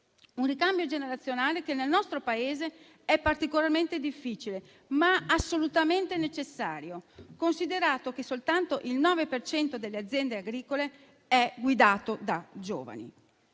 un ricambio generazionale che nel nostro Paese è particolarmente difficile, ma assolutamente necessario, considerato che soltanto il 9 per cento delle aziende agricole è guidato da giovani.